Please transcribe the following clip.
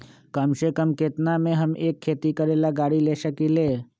कम से कम केतना में हम एक खेती करेला गाड़ी ले सकींले?